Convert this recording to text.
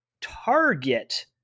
target